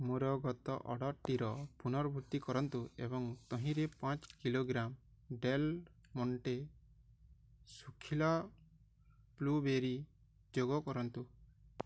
ମୋର ଗତ ଅର୍ଡ଼ର୍ଟିର ପୁନରାବୃତ୍ତି କରନ୍ତୁ ଏବଂ ତହିଁରେ ପାଞ୍ଚ କିଲୋଗ୍ରାମ ଡେଲ୍ ମଣ୍ଟେ ଶୁଖିଲା ବ୍ଲୁ ବେରୀ ଯୋଗ କରନ୍ତୁ